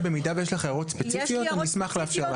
במידה שיש לך הערות ספציפיות, אני אשמח לאפשר לך.